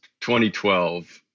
2012